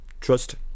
trust